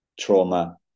trauma